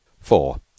Four